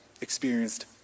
experienced